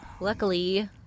Luckily